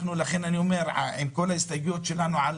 עם כל ההסתייגויות שלנו על